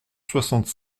soixante